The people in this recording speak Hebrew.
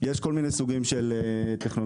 יש כל מיני סוגים של טכנולוגיות.